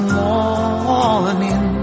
morning